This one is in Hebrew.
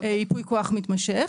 ייפוי כוח מתמשך,